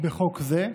בחוק זה,